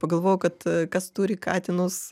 pagalvojau kad kas turi katinus